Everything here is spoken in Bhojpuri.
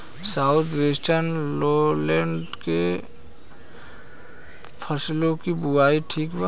साउथ वेस्टर्न लोलैंड में फसलों की बुवाई ठीक बा?